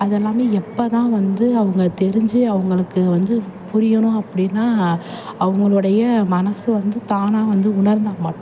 அதெல்லாமே எப்போ தான் வந்து அவங்க தெரிஞ்சு அவங்களுக்கு வந்து புரியணும் அப்படின்னா அவங்களுடைய மனது வந்து தானாக வந்து உணர்ந்தால் மட்